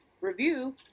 review